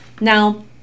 Now